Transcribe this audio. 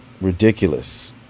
ridiculous